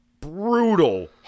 brutal